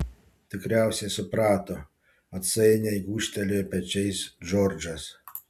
tikriausiai suprato atsainiai gūžtelėjo pečiais džordžas